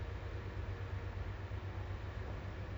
he he's the kind to prefer kalau